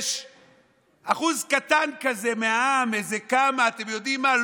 שיש אחוז קטן כזה מהעם, איזה כמה, אתם יודעים מה?